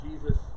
Jesus